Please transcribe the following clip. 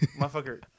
Motherfucker